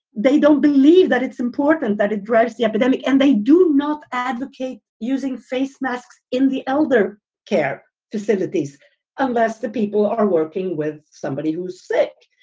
they don't believe that it's important that address the epidemic. and they do not advocate using facemasks in the elder care facilities unless the people are working with somebody who is sick.